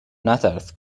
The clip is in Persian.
نترس